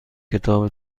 کتاب